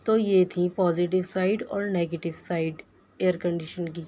تو یہ تھیں پوزیٹو سائڈ اور نگیٹو سائڈ ایئر کنڈیشن کی